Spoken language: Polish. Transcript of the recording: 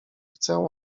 chcę